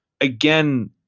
Again